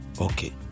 Okay